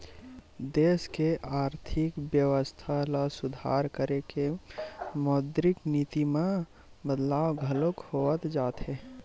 देस के आरथिक बेवस्था ल सुधार करे बर मौद्रिक नीति म बदलाव घलो होवत जाथे